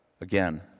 Again